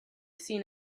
seen